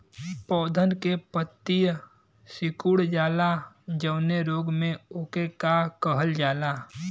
पौधन के पतयी सीकुड़ जाला जवने रोग में वोके का कहल जाला?